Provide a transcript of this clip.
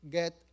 get